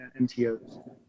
MTOs